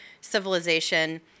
civilization